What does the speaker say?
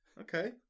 Okay